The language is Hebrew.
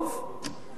והיא אמרה לי: כן,